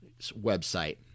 website